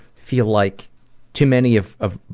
feel like too many of of